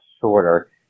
shorter